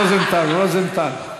רוזנטל, רוזנטל.